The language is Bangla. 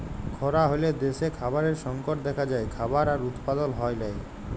খরা হ্যলে দ্যাশে খাবারের সংকট দ্যাখা যায়, খাবার আর উৎপাদল হ্যয় লায়